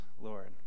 Lord